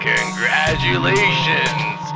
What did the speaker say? Congratulations